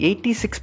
86%